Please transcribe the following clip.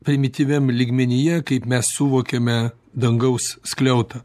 primityviam lygmenyje kaip mes suvokiame dangaus skliautą